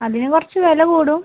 അതിന് കുറച്ച് വില കൂടും